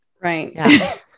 Right